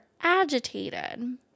agitated